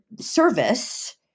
service